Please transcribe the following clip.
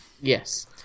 Yes